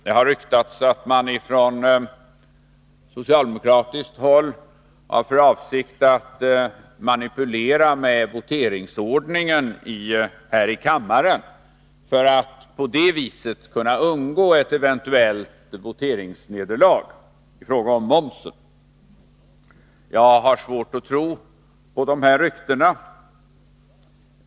Det har ryktats att man från socialdemokratiskt håll har för avsikt att manipulera med voteringsordningen här i kammaren för att på det viset kunna undgå ett eventuellt voteringsnederlag i fråga om momsen. Jag har svårt att tro på dessa rykten.